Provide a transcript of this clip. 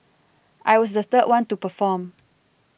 I was the third one to perform